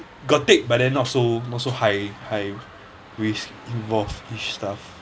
got take but then not so not so high high risk involved ish stuff